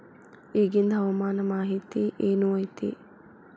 ಇಗಿಂದ್ ಹವಾಮಾನ ಮಾಹಿತಿ ಏನು ಐತಿ?